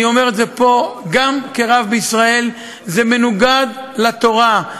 אני אומר את זה פה גם כרב בישראל - זה מנוגד לתורה.